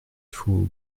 faut